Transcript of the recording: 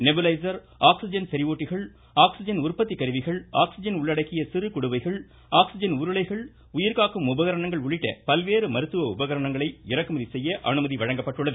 nebuliser oxygen செரிவூட்டிகள் oxygen உற்பத்தி கருவிகள் ஆக்ஸிஜன் உள்ளடக்கிய சிறு குடுவைகள் ஆக்ஸிஜன் உருளைகள் உயிர்காக்கும் உபகரணங்கள் உள்ளிட்ட பல்வேறு மருத்துவ உபகரணங்களை இறக்குமதி செய்ய அனுமதி வழங்கப்பட்டுள்ளது